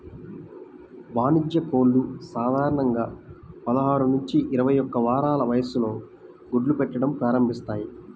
వాణిజ్య కోళ్లు సాధారణంగా పదహారు నుంచి ఇరవై ఒక్క వారాల వయస్సులో గుడ్లు పెట్టడం ప్రారంభిస్తాయి